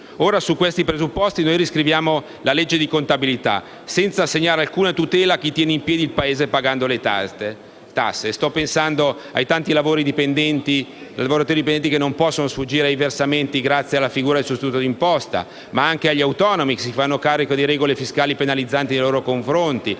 Ora, su questi presupposti, noi riscriviamo la legge di contabilità senza assegnare alcuna tutela a chi tiene in piedi il Paese pagando le tasse. Sto pensando ai tanti lavoratori dipendenti che non possono sfuggire ai versamenti grazie alla figura del sostituto d'imposta, ma anche agli autonomi che si fanno carico di regole fiscali penalizzanti nei loro confronti,